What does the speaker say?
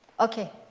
ok.